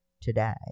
today